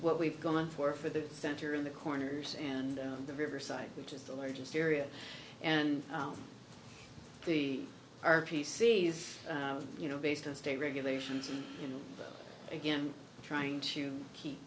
what we've gone for for the center in the corners and the riverside which is the largest area and the r p c is you know based on state regulations again trying to keep